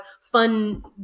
fun